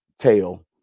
tail